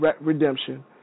redemption